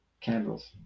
candles